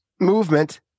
movement